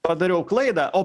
padariau klaidą o